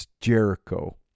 Jericho